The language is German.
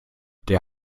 der